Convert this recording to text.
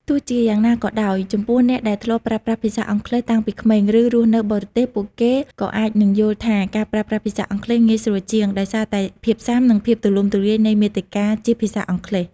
ទោះជាយ៉ាងណាក៏ដោយ ចំពោះអ្នកដែលធ្លាប់ប្រើប្រាស់ភាសាអង់គ្លេសតាំងពីក្មេង ឬរស់នៅបរទេស ពួកគេក៏អាចនឹងយល់ថាការប្រើប្រាស់ភាសាអង់គ្លេសងាយស្រួលជាង ដោយសារតែភាពស៊ាំ និងភាពទូលំទូលាយនៃមាតិកាជាភាសាអង់គ្លេស។